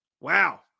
wow